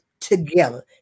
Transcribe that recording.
together